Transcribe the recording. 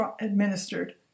administered